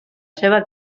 seva